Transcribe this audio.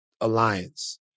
alliance